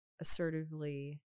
assertively